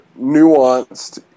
nuanced